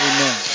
Amen